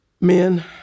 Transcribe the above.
Men